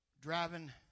Driving